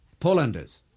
Polanders